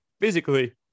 physically